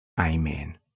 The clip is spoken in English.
Amen